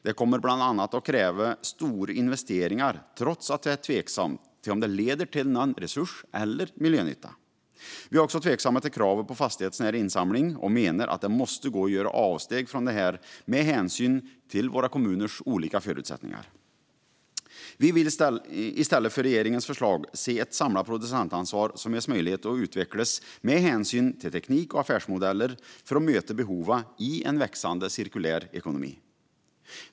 Det kommer bland annat att krävas stora investeringar trots att det är tveksamt om de leder till någon resurs eller miljönytta. Vi är också tveksamma till kravet på fastighetsnära insamling och menar att det måste gå att göra avsteg från detta med hänsyn till kommunernas olika förutsättningar. Vi vill i stället för regeringens förslag se ett samlat producentansvar som ges möjlighet att utvecklas med hänsyn till teknik och affärsmodeller för att möta behoven i en växande cirkulär ekonomi.